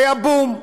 היה בום.